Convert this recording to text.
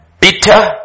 bitter